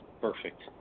perfect